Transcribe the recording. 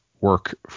work